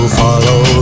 follow